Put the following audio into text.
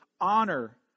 Honor